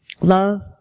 love